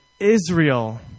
Israel